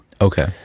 Okay